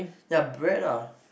ya bread lah